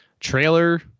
trailer